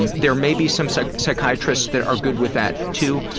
and there may be some so psychiatrists that are good with that too,